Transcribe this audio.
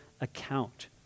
account